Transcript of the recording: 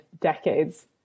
decades